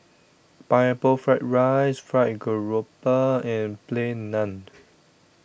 Pineapple Fried Rice Fried Garoupa and Plain Naan